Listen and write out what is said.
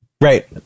Right